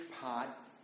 pot